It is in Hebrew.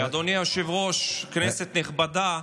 אדוני היושב-ראש, כנסת נכבדה,